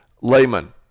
layman